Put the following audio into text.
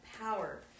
power